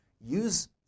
use